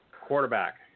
quarterback